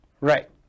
Right